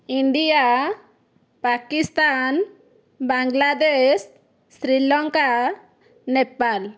India Pakistan Bangladesh Sri Lanka Nepal